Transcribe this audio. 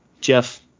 Jeff